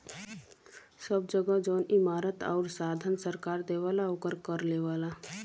सब जगह जौन इमारत आउर साधन सरकार देवला ओकर कर लेवला